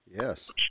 Yes